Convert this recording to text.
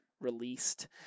released